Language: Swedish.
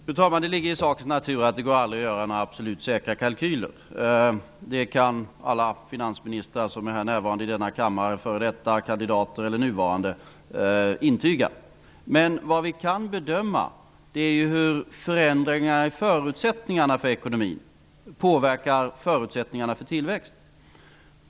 Fru talman! Det ligger i sakens natur att det aldrig går att göra absolut säkra kalkyler. Det kan alla f.d. finansministrar, kandidater eller nuvarande finansminister som är närvarande i denna kammare intyga. Vad vi kan bedöma är hur förändringarna i förutsättningarna för ekonomin påverkar förutsättningarna för tillväxt.